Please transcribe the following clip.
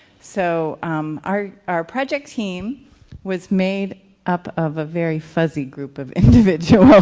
so um our our project team was made up of a very fuzzy group of individuals. hmm